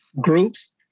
groups